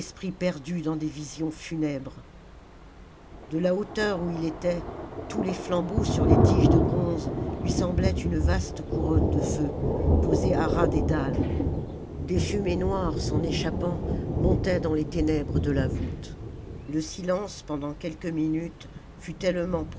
perdu dans des visions funèbres de la hauteur où il était tous les flambeaux sur les tiges de bronze lui semblaient une vaste couronne de feux posée à ras des dalles des fumées noires s'en s'échappant montaient dans les ténèbres de la voûte le silence pendant quelques minutes fut